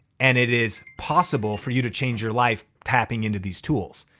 and it is possible for you to change your life tapping into these tools.